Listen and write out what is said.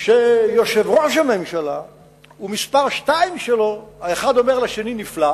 שיושב-ראש הממשלה ומספר שתיים שלו האחד אומר לשני: נפלא.